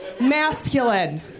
masculine